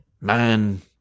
man